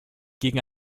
gegen